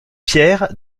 pierre